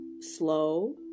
slow